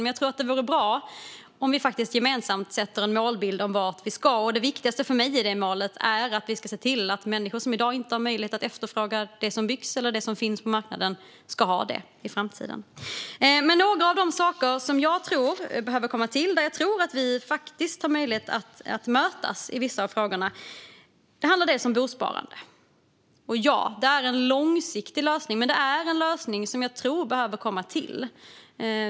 Jag tror dock att det vore bra om vi gemensamt satte en målbild om vart vi ska. Det viktigaste för mig med det målet är att vi ska se till att människor som i dag inte har möjlighet att efterfråga det som byggs eller det som finns på marknaden ska ha det i framtiden. Några av de saker som jag tror behöver komma till, och där jag tror att vi har möjlighet att mötas i vissa frågor, handlar bland annat om bostadssparande. Det är en långsiktig lösning, men det är en lösning som jag tror behöver komma till.